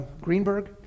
Greenberg